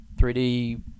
3d